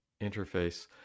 interface